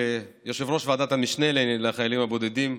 כיושב-ראש ועדת המשנה לחיילים הבודדים,